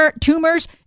tumors